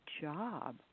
job